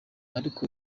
ariko